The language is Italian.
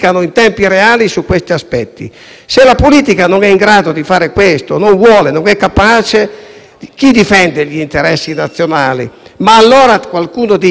chi difende gli interessi nazionali? Ma allora qualcuno dice: tanto vale abolire la politica; decidano le corti nazionali e internazionali.